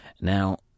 Now